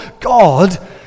God